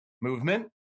movement